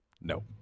No